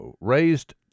raised